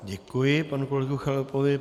Děkuji panu kolegovi Chalupovi.